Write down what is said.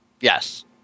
Yes